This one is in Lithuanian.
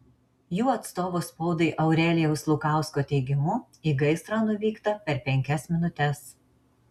jų atstovo spaudai aurelijaus lukausko teigimu į gaisrą nuvykta per penkias minutes